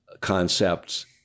concepts